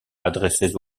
adressait